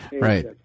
Right